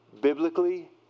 Biblically